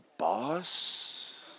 Boss